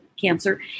cancer